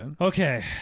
Okay